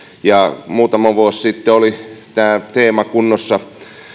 muutama vuosi sitten oli tämä teema kunnossa